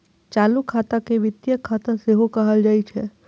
चालू खाता के वित्तीय खाता सेहो कहल जाइ छै